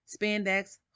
spandex